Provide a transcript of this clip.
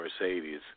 Mercedes